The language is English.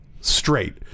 straight